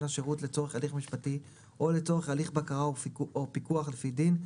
השירות לצורך הליך משפטי או לצורך הליך בקרה או פיקוח לפי דין,